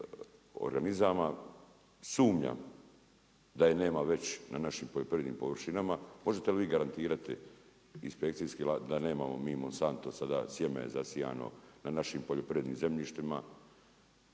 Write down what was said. organizama, sumnjam da je nema već na našim poljoprivrednim površinama. Možete li vi garantirati…/Govornik se ne razumije./…sada sjeme zasijano na našim poljoprivrednim zemljištima?